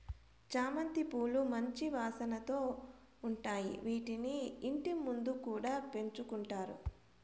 చామంతి పూలు మంచి వాసనతో ఉంటాయి, వీటిని ఇంటి ముందు కూడా పెంచుకుంటారు